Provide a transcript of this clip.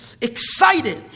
excited